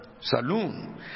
saloon